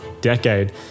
decade